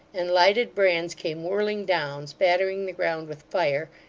and lighted brands came whirling down, spattering the ground with fire,